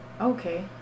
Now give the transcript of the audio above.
Okay